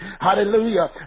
Hallelujah